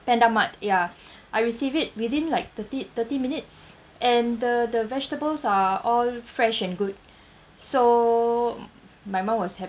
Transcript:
pandamart ya I receive it within like thirty thirty minutes and the the vegetables are all fresh and good so my mum was happy